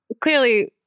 Clearly